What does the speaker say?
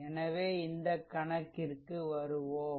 எனவே இந்த கணக்கிற்கு வருவோம்